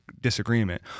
disagreement